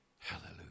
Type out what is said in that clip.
Hallelujah